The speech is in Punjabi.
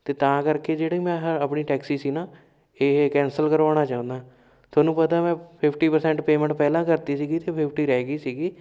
ਅਤੇ ਤਾਂ ਕਰਕੇ ਜਿਹੜੇ ਮੈਂ ਆਹ ਆਪਣੀ ਟੈਕਸੀ ਸੀ ਨਾ ਇਹ ਕੈਂਸਲ ਕਰਵਾਉਣਾ ਚਾਹੁੰਦਾ ਤੁਹਾਨੂੰ ਪਤਾ ਮੈਂ ਫਿਫਟੀ ਪਰਸੈਂਟ ਪੇਮੈਂਟ ਪਹਿਲਾਂ ਕਰਤੀ ਸੀਗੀ ਅਤੇ ਫਿਫਟੀ ਰਹਿ ਗਈ ਸੀਗੀ